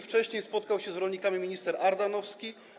Wcześniej spotkał się z rolnikami minister Ardanowski.